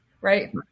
Right